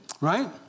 right